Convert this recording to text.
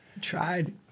Tried